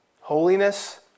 Holiness